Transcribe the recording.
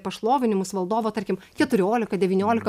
pašlovinimus valdovo tarkim keturiolika devyniolika